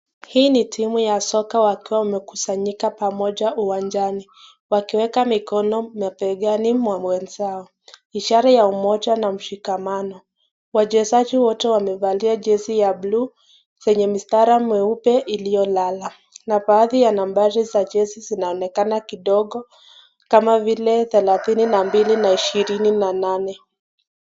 Hii ni timu ya soka wakiwa wamekusanyika pamoja uwanjani wakiweka mikono mabegani mwa mwenzao. Ishara ya umoja na mshikamano. Wachezaji wote wamevalia jezi ya blue zenye mistari myeupa iliyolala na baadhi ya nambari za jezi zinaonekana kidogo kama vile thelathini na mbili na ishirini na nane.